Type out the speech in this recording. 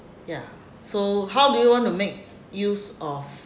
ya so how do you want to make use of